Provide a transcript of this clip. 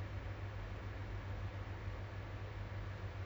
I like being busy in that sense